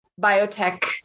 biotech